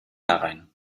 herein